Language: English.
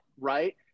right